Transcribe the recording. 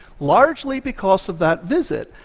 largely because of that visit,